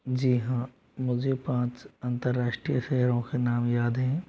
जी हाँ मुझे पाँच अंतर्राष्ट्रीय शहरों के नाम याद हैं